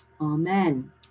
amen